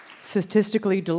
Statistically